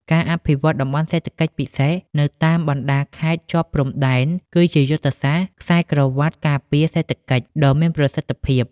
ការអភិវឌ្ឍ តំបន់សេដ្ឋកិច្ចពិសេស នៅតាមបណ្ដាខេត្តជាប់ព្រំដែន គឺជាយុទ្ធសាស្ត្រ "ខ្សែក្រវាត់ការពារសេដ្ឋកិច្ច" ដ៏មានប្រសិទ្ធភាព។